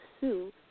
sue